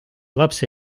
lapse